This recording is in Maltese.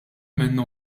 minnhom